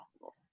possible